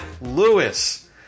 Lewis